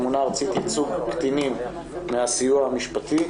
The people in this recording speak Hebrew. ממונה ארצית לייצוג קטינים מהסיוע המשפטי.